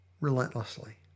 relentlessly